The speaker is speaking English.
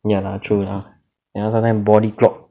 ya lah true lah then after that body clock